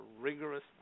rigorous